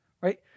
right